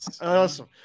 Awesome